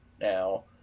now